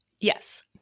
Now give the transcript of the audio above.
Yes